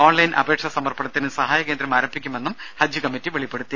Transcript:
online അപേക്ഷാ സമർപ്പണത്തിന് സഹായകേന്ദ്രം ആരംഭിക്കുമെന്നും ഹജ്ജ് കമ്മറ്റി വെളിപ്പെടുത്തി